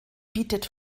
bietet